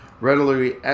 readily